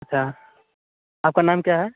अच्छा आपका नाम क्या है